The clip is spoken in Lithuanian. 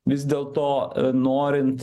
vis dėlto norint